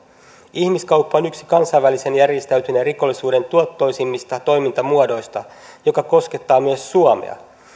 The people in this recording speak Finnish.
ihmiskauppa on yksi kansainvälisen järjestäytyneen rikollisuuden tuottoisimmista toimintamuodoista joka koskettaa myös suomea